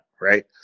right